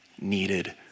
needed